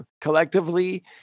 collectively